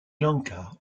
lanka